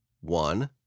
one